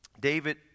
David